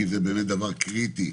כי זה באמת דבר קריטי,